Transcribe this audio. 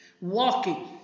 Walking